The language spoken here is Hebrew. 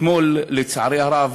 אתמול, לצערי הרב,